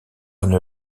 une